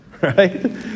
right